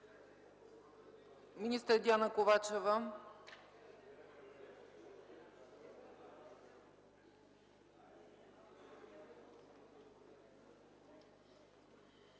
Министър Диана Ковачева.